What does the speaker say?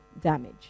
damage